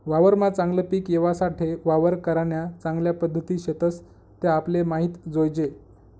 वावरमा चागलं पिक येवासाठे वावर करान्या चांगल्या पध्दती शेतस त्या आपले माहित जोयजे